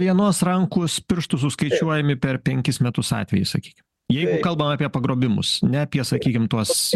vienos rankus pirštų suskaičiuojami per penkis metus atvejai sakykim jeigu kalbam apie pagrobimus ne apie sakykim tuos